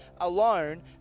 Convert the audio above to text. alone